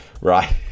right